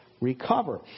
recover